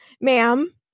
ma'am